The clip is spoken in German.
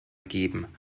geben